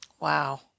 Wow